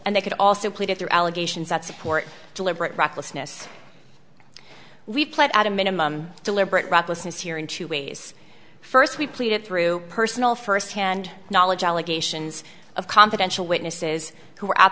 and they could also put it through allegations that support deliberate recklessness we put out a minimum deliberate recklessness here in two ways first we plead it through personal first hand knowledge allegations of confidential witnesses who